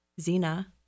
Zena